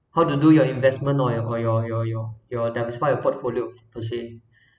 how to do your investment or your your your your diversify your portfolio per se